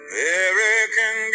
American